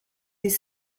des